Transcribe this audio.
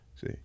See